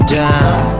down